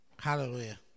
Hallelujah